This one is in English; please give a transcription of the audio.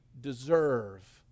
deserve